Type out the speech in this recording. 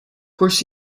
course